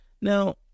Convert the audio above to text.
Now